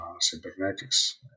Cybernetics